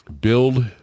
build